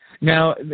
Now